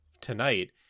tonight